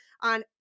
on